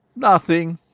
nothing!